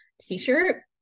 t-shirt